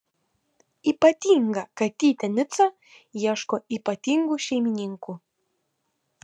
ypatinga katytė nica ieško ypatingų šeimininkų